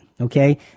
okay